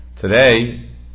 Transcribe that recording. today